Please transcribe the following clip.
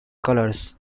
colors